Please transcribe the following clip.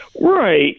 Right